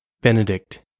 Benedict